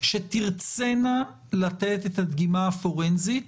שתרצינה לתת את הדגימה הפורנזית,